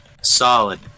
Solid